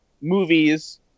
movies